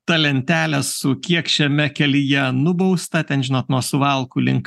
ta lentelė su kiek šiame kelyje nubausta ten žinot nuo suvalkų link